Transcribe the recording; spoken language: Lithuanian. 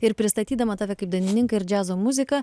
ir pristatydama tave kaip dainininką ir džiazo muziką